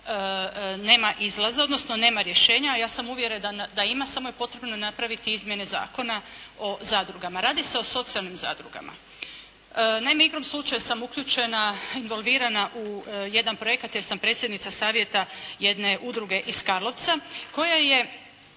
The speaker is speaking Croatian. nema izlaza, odnosno nema rješenja, a ja sam uvjerena da ima, samo je potrebno napraviti izmjene Zakona o zadrugama. Radi se o socijalnim zadrugama. Naime, igrom slučaja sam uključena, involvirana u jedan projekat jer sam predsjednica savjeta jedne udruge iz Karlovca kojoj je